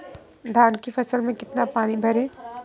धान की फसल में कितना पानी भरें?